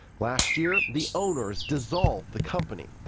last year the owners dissolved the company.